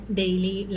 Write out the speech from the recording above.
daily